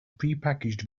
prepackaged